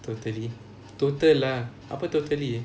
totally total lah apa totally